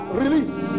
release